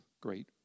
great